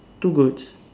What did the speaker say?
two goats